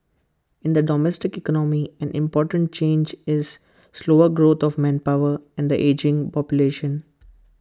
in the domestic economy an important change is slower growth of manpower and the ageing population